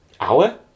Hour